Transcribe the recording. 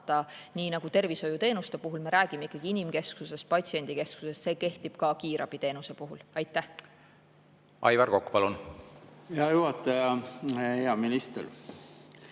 nii nagu tervishoiuteenuste puhul me räägime ikkagi inimkesksusest, patsiendikesksusest, kehtib see ka kiirabiteenuse puhul. Aivar Kokk, palun! Hea juhataja! Hea minister!